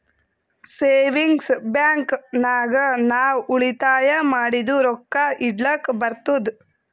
savings bank ನಾಗ್ ನಾವ್ ಉಳಿತಾಯ ಮಾಡಿದು ರೊಕ್ಕಾ ಇಡ್ಲಕ್ ಬರ್ತುದ್